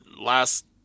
last